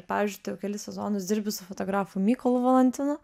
pavyzdžiui tu jau kelis sezonus dirbi su fotografu mykolu valantinu